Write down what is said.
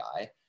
AI